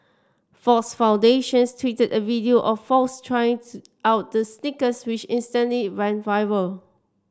Fox Foundations tweeted a video of Fox trying out the sneakers which instantly went viral